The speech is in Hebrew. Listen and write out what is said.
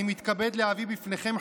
אני מתכבד להביא בפניכם,